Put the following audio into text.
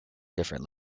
different